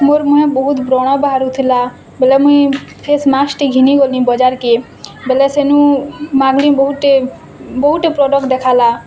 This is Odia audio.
ମୋର୍ ମୁହଁ ବହୁତ୍ ବ୍ରଣ ବାହାରୁଥିଲା ବେଲେ ମୁଇଁ ଫେସମାସ୍କ୍ଟେ ଘିନିଗଲି ବଜାର୍କେ ବେଲେ ସେନୁ ମାଗ୍ଲି ବହୁତ୍ଟେ ବହୁତ୍ଟେ ପ୍ରଡ଼କ୍ଟ ଦେଖାଲା